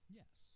yes